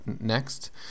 next